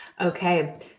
Okay